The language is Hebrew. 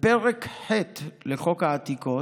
בפרק ח' לחוק העתיקות,